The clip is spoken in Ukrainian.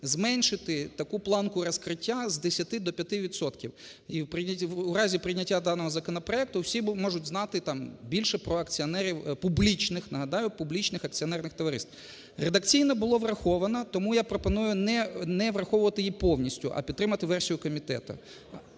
зменшити таку планку розкриття з 10 до 5 відсотків. І в прийнятті... в разі прийняття даного законопроекту всі можуть знати там більше про акціонерів публічних, нагадаю, публічних акціонерних товариств. Редакційно було враховано, тому я пропоную не враховувати її повністю, а підтримати версію комітету.